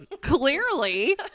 clearly